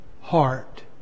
heart